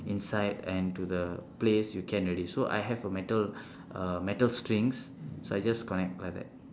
inside and to the place you can already so I have a metal uh metal strings so I just connect like that